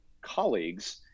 colleagues